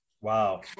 Wow